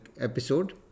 episode